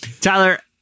Tyler